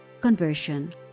conversion